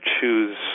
choose